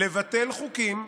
לבטל חוקים.